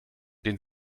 den